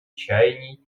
чаяний